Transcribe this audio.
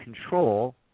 control